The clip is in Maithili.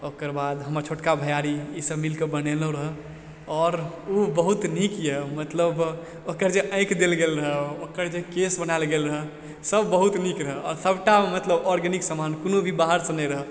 ओकर बाद हमर छोटका भैआरी ईसभ मिलिकऽ बनेलहुँ रहय आओर ओऽ बहुत नीक यऽ मतलब ओकर जे आँखि देल गेल रहय ओकर जे केश बनायल गेल रहय सभ बहुत नीक रहय आओर सभटा ऑर्गेनिक सामान कोनो भी बाहरसँ नहि रहय